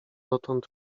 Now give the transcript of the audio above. dotąd